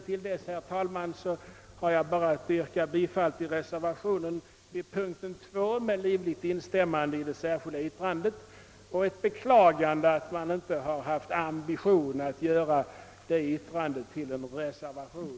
Till dess, herr talman, har jag bara att yrka bifall till reservationen vid punkten 2 med livligt instämmande i det särskilda yttrandet och ett beklagande av att man inte haft ambitionen att göra detta yttrande till en reservation.